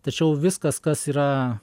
tačiau viskas kas yra